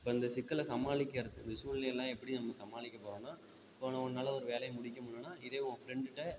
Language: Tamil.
இப்போ இந்த சிக்கலை சமாளிக்கிறத்துக்கு சூழ்நிலைலாம் எப்படி நம்ம சமாளிக்க போகறோன்னா இப்போ உன் உன்னால் ஒரு வேலையை முடிக்க முல்லன்னா இதே உன் ஃப்ரெண்டுகிட்ட